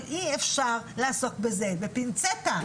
אבל אי אפשר לעסוק בזה בפינצטה.